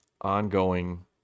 ongoing